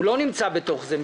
הוא לא נמצא בתוך זה,